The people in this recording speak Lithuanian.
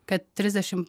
kad trisdešim